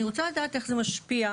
אני רוצה לדעת איך זה משפיע?